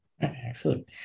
Excellent